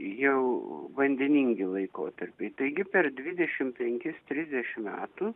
jau vandeningi laikotarpiai taigi per dvidešimt penkis trisdešimt metų